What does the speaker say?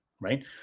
right